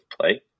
play